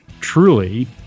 truly